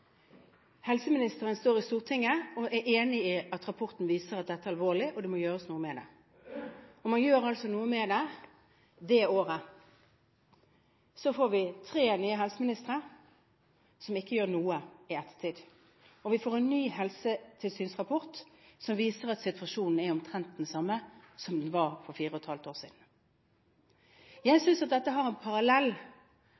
Helseministeren sto i Stortinget og sa hun var enig i at rapporten viste at dette var alvorlig, og at det måtte gjøres noe med det. Man gjorde noe med det – det året. Så fikk vi etter hvert tre nye helseministre, som ikke gjorde noe. Vi har fått en ny helsetilsynsrapport, som viser at situasjonen er omtrent den samme som den var for fire og et halvt år siden. Jeg